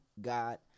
god